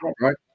right